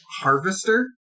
harvester